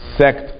sect